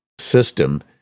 system